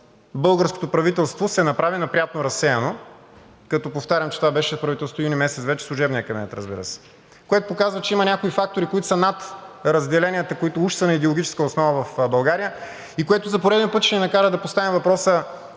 българското правителство се направи на приятно разсеяно – повтарям, че това беше правителството през месец юни на служебния кабинет, разбира се, което показва, че има някои фактори, които са над разделенията, които уж са на идеологическа основа в България, и което за пореден път ще ни накара да поставим въпроса: